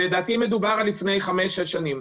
לדעתי מדובר על לפני חמש-שש שנים.